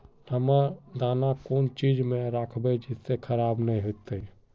हम दाना कौन चीज में राखबे जिससे खराब नय होते?